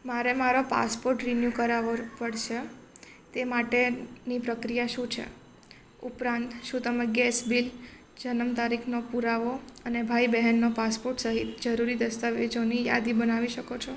મારે મારો passport renew કરાવવો પડશે તે માટેની પ્રક્રિયા શું છે ઉપરાંત શું તમે ગેસ બિલ જન્મ તારીખનો પુરાવો અને ભાઈ બહેનનો પાસપોટ સહિત જરૂરી દસ્તાવેજોની યાદી બનાવી શકો છો